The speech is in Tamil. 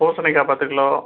பூசணிக்காய் பத்து கிலோ